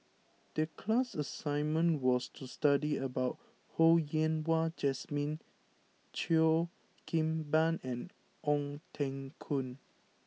the class assignment was to study about Ho Yen Wah Jesmine Cheo Kim Ban and Ong Teng Koon